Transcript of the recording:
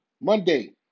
Monday